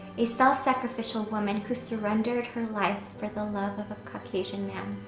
a self-sacrificial woman who surrendered her life for the love of a caucasian man.